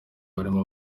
barimo